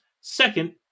Second